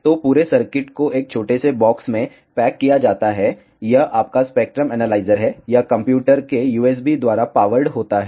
तो पूरे सर्किट को एक छोटे से बॉक्स में पैक किया जाता है यह आपका स्पेक्ट्रम एनालाइजर है यह कंप्यूटर के USB द्वारा पावर्ड होता है